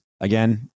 again